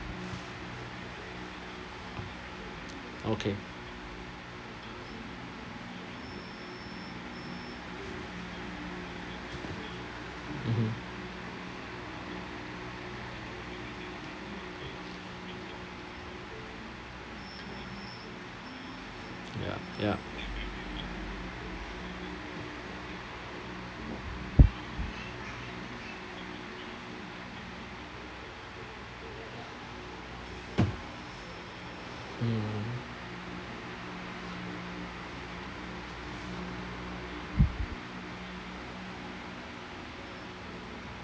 okay mmhmm ya ya mmhmm